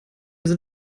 sind